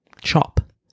chop